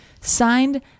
Signed